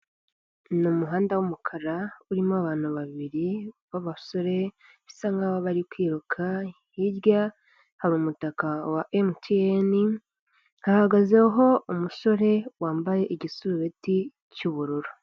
Ni umuhanda w'umukara urimo abantu babiri b'abasore bisa nkaho bari kwiruka, hirya hari umutaka wa Emutiyeni hahagazeho umusore wambaye igisurubeti cy'ubururu.